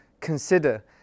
consider